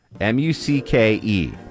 M-U-C-K-E